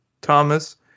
Thomas